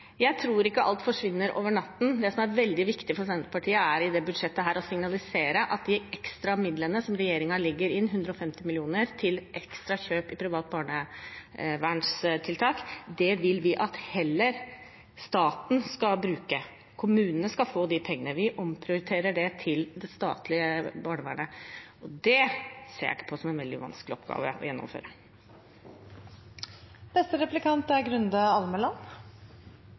Jeg tror ikke alt forsvinner over natten. Det som er veldig viktig for Senterpartiet, er å signalisere i dette budsjettet at de ekstra midlene som regjeringen legger inn, 150 mill. kr ekstra til kjøp av private barnevernstiltak, vil vi heller at staten skal bruke. Kommunene skal få de pengene. Vi omprioriterer det til det statlige barnevernet. Det ser jeg ikke på som en veldig vanskelig oppgave å gjennomføre. Det er